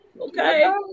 Okay